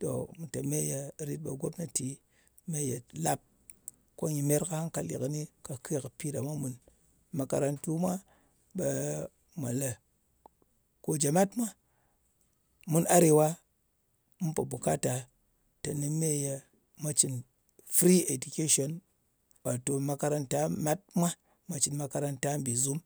To, mu te me ye rit, ɓe gomnati me ye lap, ko nyɨ meyer kɨ hankali kɨni ka pi ɗa mwa mùn. Makarantu mwa, ɓe mwa lē ko jemat mwa, mun arewa mu pò bùkata teni me ye mwa cɨn free education. Wato makaranta, mat mwa mwà cɨn makaranta mbìzum.